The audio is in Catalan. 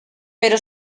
però